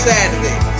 Saturday